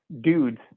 dudes